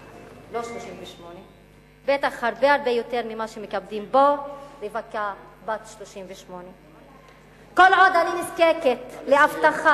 לא 38. בטח הרבה יותר ממה שמכבדים פה רווקה בת 38. נראית צעירה.